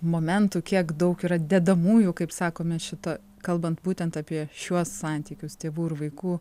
momentų kiek daug yra dedamųjų kaip sakome šito kalbant būtent apie šiuos santykius tėvų ir vaikų